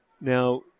Now